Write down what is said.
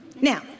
Now